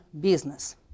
business